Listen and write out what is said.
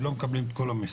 הם לא מקבלים את כל המכסות,